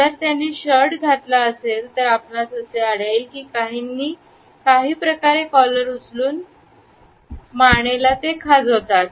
जर त्यांनी शर्ट घातला असेल तर आपणास असे आढळेल की काहीना काही प्रकारे कॉलर उचलून म्हणायला ते मानेला खाजवतात